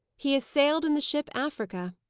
he has sailed in the ship africa.